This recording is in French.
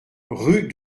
rue